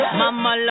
mama